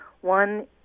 One